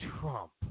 Trump